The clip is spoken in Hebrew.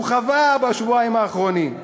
שהוא חווה בשבועיים האחרונים.